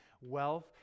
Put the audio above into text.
wealth